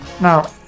now